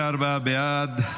34 בעד,